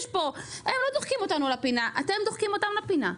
הם לא דוחקים אותנו לפינה, אתם דוחקים אותם לפינה.